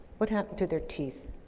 what happened to their teeth?